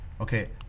Okay